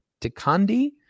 Takandi